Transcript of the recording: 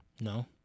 No